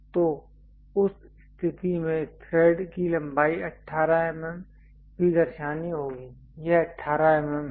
तो उस स्थिति में थ्रेड की लंबाई 18 mm भी दर्शानी होगी यह 18 mm है